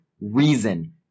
reason